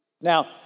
Now